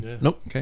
Nope